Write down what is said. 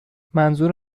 منظور